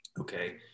okay